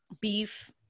beef